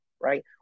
right